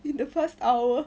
in the first hour